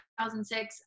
2006